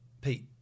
Pete